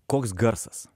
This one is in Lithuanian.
koks garsas